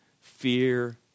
Fear